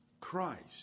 Christ